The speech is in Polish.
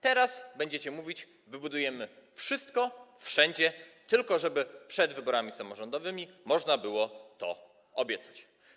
Teraz będziecie mówić: wybudujemy wszystko, wszędzie, tylko żeby przed wyborami samorządowymi można było to obiecać.